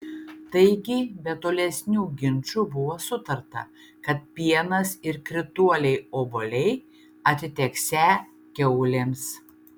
taigi be tolesnių ginčų buvo sutarta kad pienas ir krituoliai obuoliai atiteksią kiaulėms